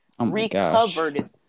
recovered